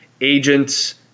agents